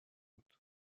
بود